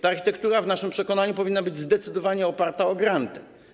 Ta architektura w naszym przekonaniu powinna być zdecydowanie oparta na grantach.